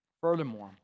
Furthermore